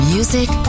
Music